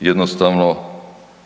jednostavno,